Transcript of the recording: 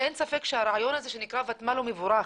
אין ספק שהרעיון הזה שנקרא ותמ"ל הוא מבורך,